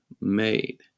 made